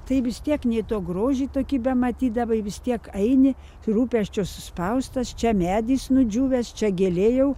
tai vis tiek nė to grožį tokį bematydavai vis tiek eini rūpesčio suspaustas čia medis nudžiūvęs čia gėlė jau